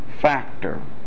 factor